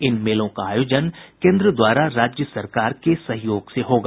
इन मेलों का आयोजन केन्द्र द्वारा राज्य सरकार के सहयोग से होगा